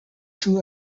two